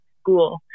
school